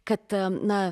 kad na